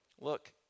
look